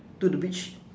to the beach